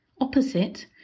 Opposite